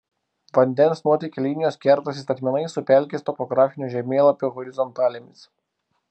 vandens nuotėkio linijos kertasi statmenai su pelkės topografinio žemėlapio horizontalėmis